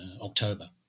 October